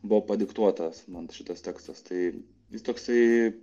buvo padiktuotas man šitas tekstas tai jis toksai